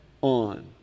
on